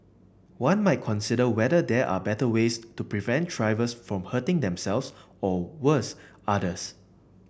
one might consider whether there are better ways to prevent drivers from hurting themselves or worse others